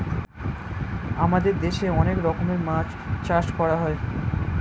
আমাদের দেশে অনেক রকমের মাছ চাষ করা হয়